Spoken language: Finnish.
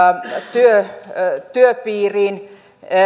työn piiriin